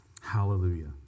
Hallelujah